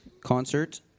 Concert